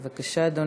בבקשה, אדוני.